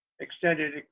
extended